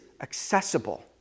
accessible